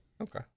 Okay